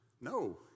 No